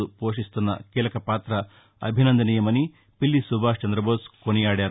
లు పోషిస్తున్న కీలక పాత అభినందనీయమని పిల్లి సుభాష్ చంద్రదబోస్ కానియాడారు